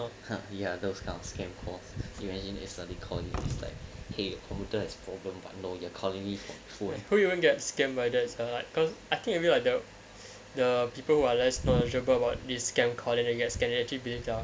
ya those kind of scam calls you went a study corner like !hey! computer is problem but no you accordingly for food and pull you won't get scammed riders are like cause I think I real I doubt the people who are less knowledgeable about this scam coordinate guests can actually 蹩脚